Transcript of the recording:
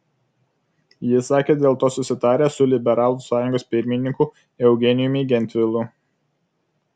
jis sakė dėl to susitaręs su liberalų sąjungos pirmininku eugenijumi gentvilu